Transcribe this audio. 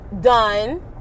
done